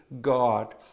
God